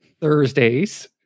Thursdays